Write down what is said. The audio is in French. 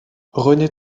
rené